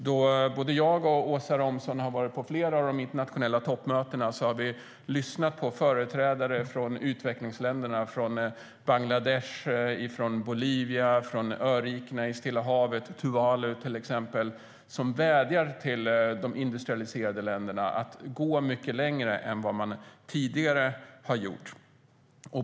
Då både jag och Åsa Romson har varit på flera av de internationella toppmötena har vi lyssnat på företrädare från utvecklingsländerna, Bangladesh, Bolivia och örikena i Stilla havet, till exempel Tuvalu, som vädjar till de industrialiserade länderna att gå längre än man tidigare har gjort.